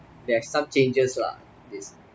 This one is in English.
they have some changes lah this